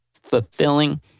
fulfilling